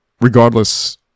regardless